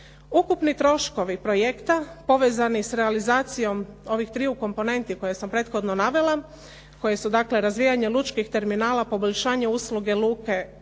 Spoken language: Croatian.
Ukupni troškovi projekta povezani sa realizacijom ovih triju komponenti koje sam prethodno navela koji su dakle razvijanje lučkih terminala, poboljšanje usluge luke